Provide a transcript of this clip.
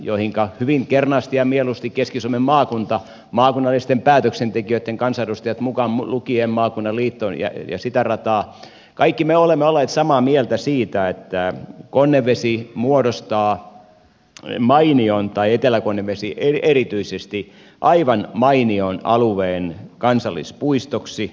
ja hyvin kernaasti ja mieluusti keski suomen maakunta me maakunnalliset päätöksentekijät kansanedustajat mukaan lukien maakunnan liitto ja sitä rataa kaikki me olemme olleet samaa mieltä siitä että konnevesi muodostaa tai etelä konnevesi erityisesti aivan mainion alueen kansallispuistoksi